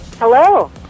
Hello